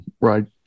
right